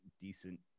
decent